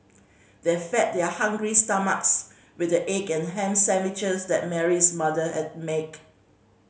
they fed their hungry stomachs with the egg and ham sandwiches that Mary's mother at make